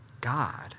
God